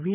V